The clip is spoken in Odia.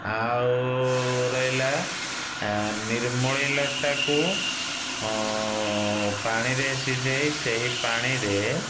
ଆଉ ରହିଲା ନିର୍ମୂଳୀ ଲଟାକୁ ପାଣିରେ ସିଝେଇ ସେହି ପାଣିରେ